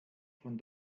von